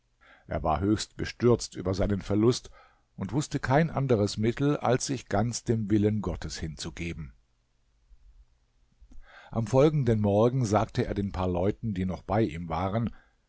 er war höchst bestürzt über seinen verlust und wußte kein anderes mittel als sich ganz dem willen gottes hinzugeben am folgenden morgen sagte er den paar leuten die noch bei ihm waren